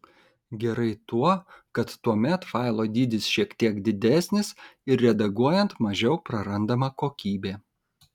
gerai tuo kad tuomet failo dydis šiek tiek didesnis ir redaguojant mažiau prarandama kokybė